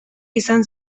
izan